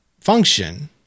function